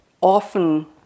often